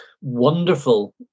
wonderful